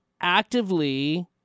actively